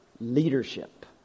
leadership